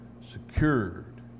secured